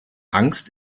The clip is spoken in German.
angst